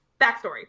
backstory